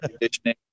conditioning